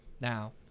Now